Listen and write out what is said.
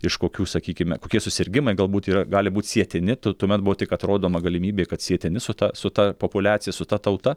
iš kokių sakykime kokie susirgimai galbūt yra gali būt sietini tu tuomet buvo tik atrodoma galimybė kad sietini su ta su ta populiacija su ta tauta